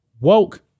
Woke